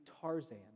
Tarzan